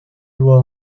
lois